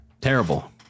Terrible